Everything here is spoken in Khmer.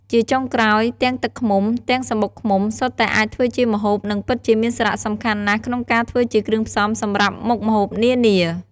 ជាចុងក្រោយ ទាំងទឹកឃ្មុំ ទាំងសំបុកឃ្មុំសុទ្ធតែអាចធ្វើជាម្ហូបនិងពិតជាមានសារៈសំខាន់ណាស់ក្នុងការធ្វើជាគ្រឿងផ្សំសម្រាប់មុខម្ហូបនានា។